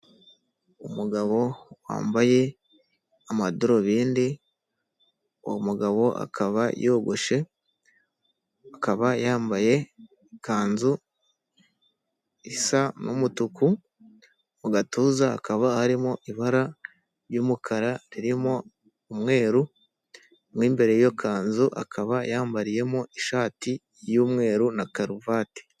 Umugabo wambaye amadarubindi, uwo mugabo akaba yogoshe, akaba yambaye ikanzu isa n'umutuku, mu gatuza hakaba harimo ibara ry'umukara ririmo umweru, m’ imbere yiyo kanzu, akaba yambariyemo ishati y'umweru na karuvati.